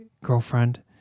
girlfriend